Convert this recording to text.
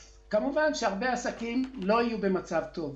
אז כמובן שהרבה עסקים לא יהיו במצב טוב.